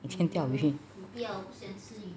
每天吃鱼